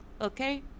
Okay